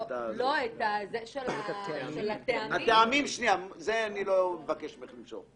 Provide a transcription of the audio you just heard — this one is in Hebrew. את זה אני לא מבקש ממך למשוך.